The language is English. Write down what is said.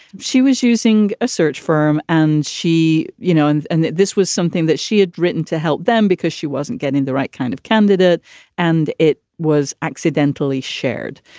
she was using a search firm. and she you know, and and this was something that she had written to help them because she wasn't getting the right kind of candidate and it was accidentally shared.